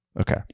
Okay